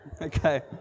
Okay